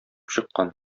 чыккан